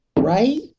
Right